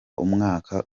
umwaka